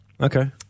Okay